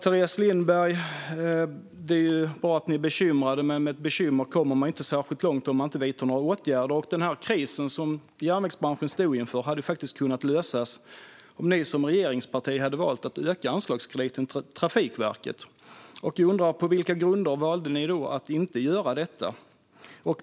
Fru talman! Det är bra att ni är bekymrade, men man kommer inte särskilt långt med ett bekymmer om man inte vidtar några åtgärder. Krisen som järnvägsbranschen står inför hade faktiskt kunnat lösas om ni som regeringsparti hade valt att öka anslagskrediten för Trafikverket. Jag undrar på vilka grunder ni valde att inte göra detta.